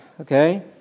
okay